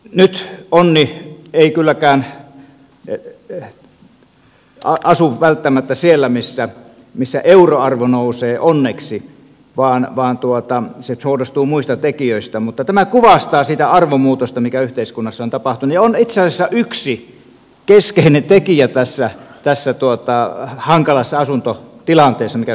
nyt onni ei kylläkään asu välttämättä siellä missä euroarvo nousee onneksi vaan se muodostuu muista tekijöistä mutta tämä kuvastaa sitä arvomuutosta mikä yhteiskunnassa on tapahtunut ja on itse asiassa yksi keskeinen tekijä tässä hankalassa asuntotilanteessa mikä suomessa on